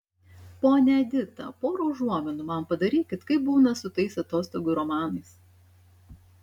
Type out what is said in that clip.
ponia edita pora užuominų man padarykit kaip būna su tais atostogų romanais